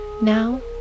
Now